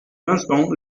l’instant